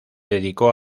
dedicó